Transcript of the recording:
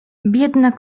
biedna